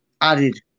added